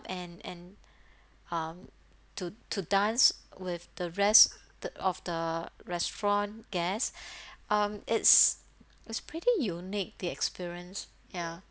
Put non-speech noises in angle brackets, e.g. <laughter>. and and um to to dance with the rest the of the restaurant guests <breath> um it's it's pretty unique the experience ya